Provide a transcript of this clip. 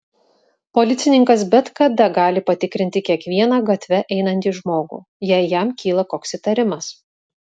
policininkas bet kada gali patikrinti kiekvieną gatve einantį žmogų jei jam kyla koks įtarimas